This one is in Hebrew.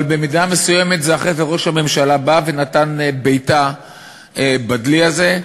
אבל במידה מסוימת אחרי זה ראש הממשלה בא ונתן בעיטה בדלי הזה.